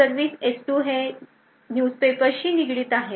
service S2 हे news paper सर्विसशी निगडित आहे